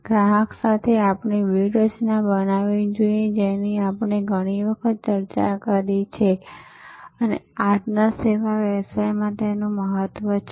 ગ્રાહક સાથે આપણી વ્યૂહરચના બનાવવી જેની આપણે ઘણી વખત ચર્ચા કરી છે અને આજના સેવા વ્યવસાયમાં તેનું મહત્વ છે